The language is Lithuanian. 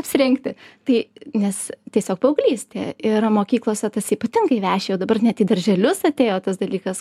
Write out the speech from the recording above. apsirengti tai nes tiesiog paauglystė ir mokyklose tas ypatingai veši jau dabar net į darželius atėjo tas dalykas